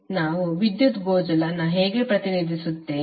ಮತ್ತು ನಾವು ವಿದ್ಯುತ್ ಗೋಜಲನ್ನು ಹೇಗೆ ಪ್ರತಿನಿಧಿಸುತ್ತೇವೆ